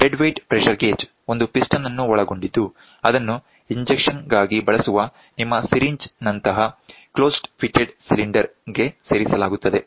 dead weight pressure gauge ಒಂದು piston ಅನ್ನು ಒಳಗೊಂಡಿದ್ದು ಅದನ್ನು ಇಂಜೆಕ್ಷನ್ಗಾಗಿ ಬಳಸುವ ನಿಮ್ಮ ಸಿರಿಂಜ್ನಂತಹ ಕ್ಲೋಸ್ಡ್ ಫಿಟ್ಟೆಡ್ ಸಿಲಿಂಡರ್ ಗೆ ಸೇರಿಸಲಾಗುತ್ತದೆ